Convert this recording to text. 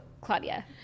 Claudia